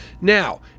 now